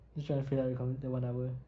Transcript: just trying to fill up the conve~ the one hour